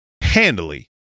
handily